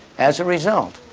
as a result,